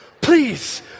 Please